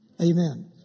Amen